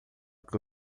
que